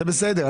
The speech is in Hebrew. זה בסדר.